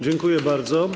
Dziękuję bardzo.